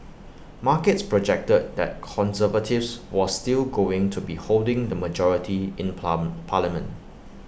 markets projected that conservatives was still going to be holding the majority in plum parliament